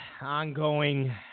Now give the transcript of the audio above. ongoing